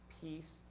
peace